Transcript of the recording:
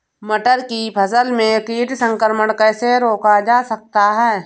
मटर की फसल में कीट संक्रमण कैसे रोका जा सकता है?